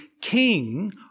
King